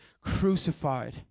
crucified